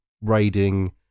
raiding